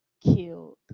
killed